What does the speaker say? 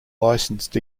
licensed